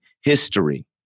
history